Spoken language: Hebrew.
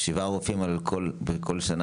בכל שנה,